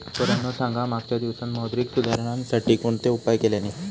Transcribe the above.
पोरांनो सांगा मागच्या दिवसांत मौद्रिक सुधारांसाठी कोणते उपाय केल्यानी?